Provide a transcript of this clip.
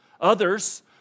Others